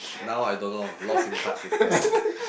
now I don't know lost in touch with her already